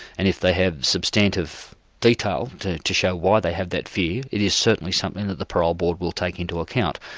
and if they have substantive detail to to show why they have that fear, it is certainly something that the parole board will take into account.